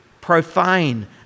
profane